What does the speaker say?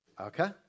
Okay